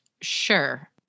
Sure